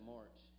March